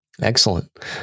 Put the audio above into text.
excellent